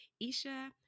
Isha